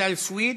רויטל סויד,